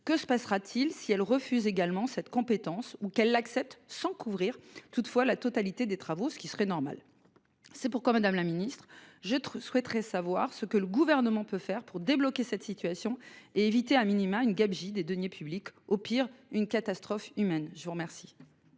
Que se passera-t-il si elle refuse également cette compétence ou qu'elle l'accepte sans couvrir toutefois la totalité des travaux ce qui serait normal. C'est pourquoi madame la Ministre je trouve souhaiterais savoir ce que le gouvernement peut faire pour débloquer cette situation et éviter a minima une gabegie des deniers publics, au pire une catastrophe humaine. Je vous remercie.